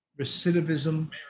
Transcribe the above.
recidivism